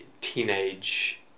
teenage